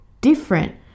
different